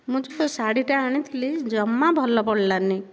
ମୁଁ ଯେଉଁ ଶାଢ଼ୀଟା ଆଣିଥିଲି ଜମା ଭଲ ପଡ଼ିଲାନି